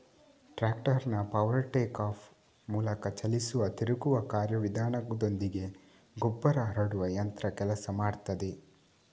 ಟ್ರಾಕ್ಟರ್ನ power take off ಮೂಲಕ ಚಲಿಸುವ ತಿರುಗುವ ಕಾರ್ಯ ವಿಧಾನದೊಂದಿಗೆ ಗೊಬ್ಬರ ಹರಡುವ ಯಂತ್ರ ಕೆಲಸ ಮಾಡ್ತದೆ